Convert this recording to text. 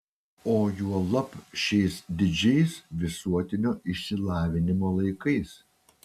o juolab šiais didžiais visuotinio išsilavinimo laikais